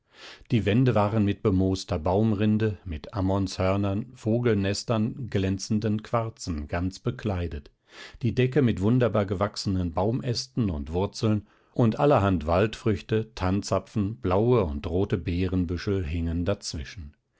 die wände waren mit bemooster baumrinde mit ammonshörnern vogelnestern glänzenden quarzen ganz bekleidet die decke mit wunderbar gewachsenen baumästen und wurzeln und allerhand waldfrüchte tannzapfen blaue und rote beerenbüschel hingen dazwischen